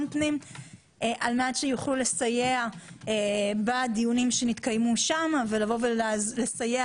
פנים על-מנת שיוכלו לסייע בדיונים שיתקיימו שם ולסייע